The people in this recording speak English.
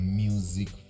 music